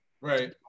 Right